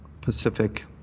pacific